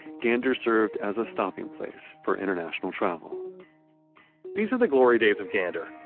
gander served as a stopping place for international travel these are the glory days of gander.